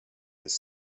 his